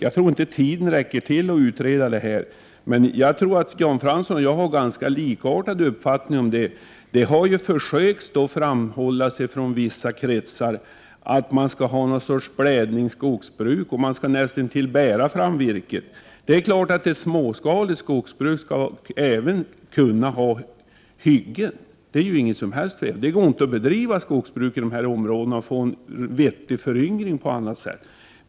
Jag tror inte att tiden räcker till för att utreda detta nu. Men jag tror att Jan Fransson och jag har ganska likartad uppfattning om det. Från vissa kretsar har det ju framhållits att man skall ha någon sorts blädningsskogsbruk och att man näst intill skall bära fram virket. Det är klart att ett småskaligt skogsbruk även skall kunna ha hyggen — det är ju inget som helst fel. Det går inte att bedriva skogsbruk i de här områdena och få en vettig föryngring på annat sätt.